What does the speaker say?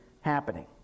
happening